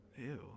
ew